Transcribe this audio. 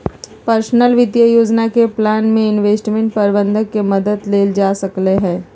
personal वित्तीय योजना के प्लान में इंवेस्टमेंट परबंधक के मदद लेल जा सकलई ह